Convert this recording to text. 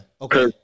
Okay